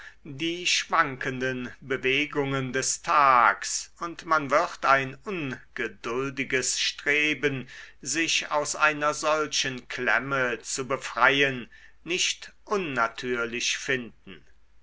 die schwankenden bewegungen des tags und man wird ein ungeduldiges streben sich aus einer solchen klemme zu befreien nicht unnatürlich finden